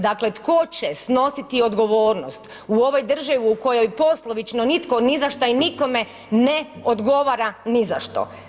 Dakle, tko će snositi odgovornost u ovoj državi u kojoj poslovično nitko ni za šta i nikome ne odgovara ni za što?